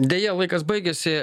deja laikas baigėsi